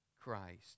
Christ